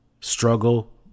struggle